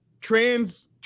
trans